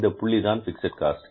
இந்த புள்ளிதான் fixed cost